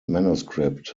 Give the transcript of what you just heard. manuscript